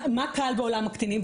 מה קל בעולם הקטינים?